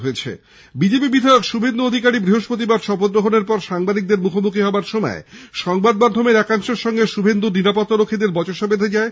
উল্লেখ্য বিজেপি বিধায়ক শুভেন্দু অধিকারী বৃহস্পতিবার শপথ গ্রহণের পরে সাংবাদিকদের মুখোমুখি হওয়ার সময় সংবাদ মাধ্যমের একাংশের সঙ্গে শুভেন্দুর নিরাপত্তারক্ষীদের বচসা বেধে যায়